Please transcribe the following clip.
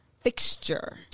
fixture